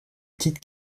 petite